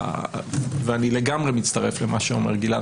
ואני לגמרי מצטרף למה שאומר גלעד,